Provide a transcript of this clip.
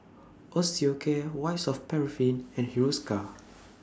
Osteocare White Soft Paraffin and Hiruscar